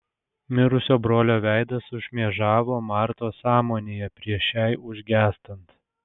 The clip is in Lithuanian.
mirusio brolio veidas sušmėžavo martos sąmonėje prieš šiai užgęstant